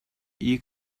iyi